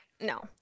No